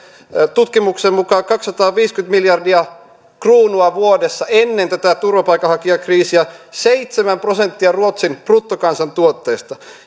tutkimuksen mukaan kaksisataaviisikymmentä miljardia kruunua vuodessa ennen tätä turvapaikanhakijakriisiä seitsemän prosenttia ruotsin bruttokansantuotteesta